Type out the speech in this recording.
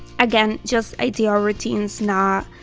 again just ideal routines now,